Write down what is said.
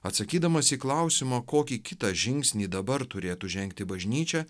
atsakydamas į klausimą kokį kitą žingsnį dabar turėtų žengti bažnyčia